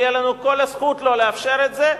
תהיה לנו כל הזכות לא לאפשר את זה.